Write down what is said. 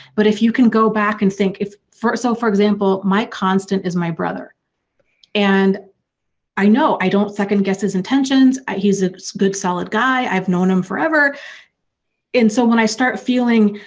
but if you can go back and think, if. first, so for example, my constant is my brother and i know i don't second-guess his intentions, he's a good solid guy, i've known him forever and so when i start feeling